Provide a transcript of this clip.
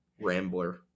Rambler